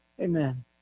Amen